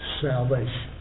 salvation